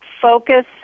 focus